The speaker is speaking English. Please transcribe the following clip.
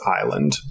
island